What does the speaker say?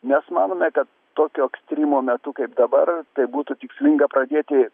mes manome kad tokio ekstrymo metu kaip dabar tai būtų tikslinga pradėti